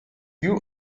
you